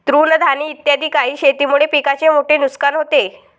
तृणधानी इत्यादी काही शेतीमुळे पिकाचे मोठे नुकसान होते